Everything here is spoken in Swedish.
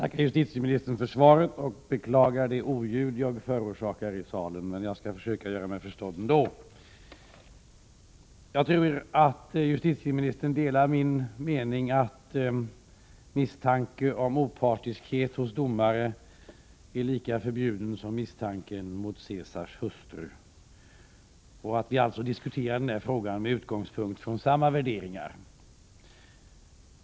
Herr talman! Jag tackar justitieministern för svaret. Jag tror att justitieministern delar min mening att misstanke om opartiskhet hos domare är lika förbjuden som misstanke mot Caesars hustru och att vi alltså diskuterar den här frågan med utgångspunkt från samma värderingar.